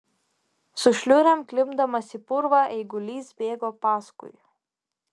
su šliurėm klimpdamas į purvą eigulys bėgo paskui